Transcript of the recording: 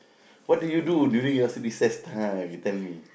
what do you do during your recess time you tell me